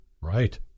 Right